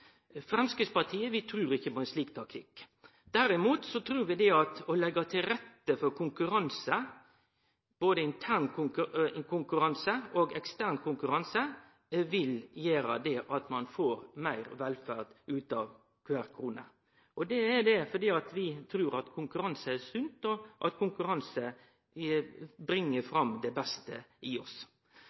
Framstegspartiet trur ikkje på ein slik taktikk. Derimot trur vi at å leggje til rette for konkurranse, både intern konkurranse og ekstern konkurranse, vil gjere at ein får meir velferd ut av kvar krone. Det er fordi vi trur at konkurranse er sunt og at konkurranse bringer fram det beste i oss.